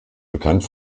bekannt